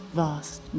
vast